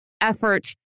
effort